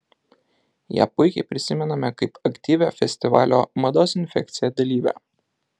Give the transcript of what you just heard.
ją puikiai prisimename kaip aktyvią festivalio mados infekcija dalyvę